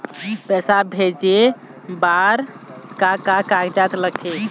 पैसा भेजे बार का का कागजात लगथे?